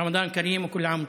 רמדאן כרים לכולנו.